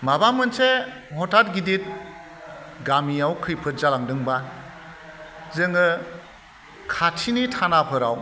माबा मोनसे हथाद गिदिद गामियाव खैफोद जालांदोंब्ला जोङो खाथिनि थानाफोराव